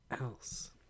else